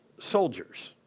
soldiers